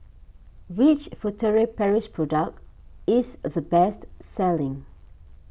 which Furtere Paris product is the best selling